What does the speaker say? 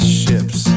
ships